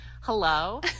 hello